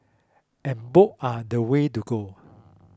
and books are the way to go